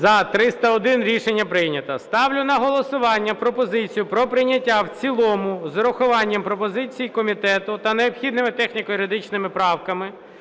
За-301 Рішення прийнято. Ставлю на голосування пропозицію про прийняття в цілому з урахуванням пропозицій комітету та необхідними техніко-юридичними правками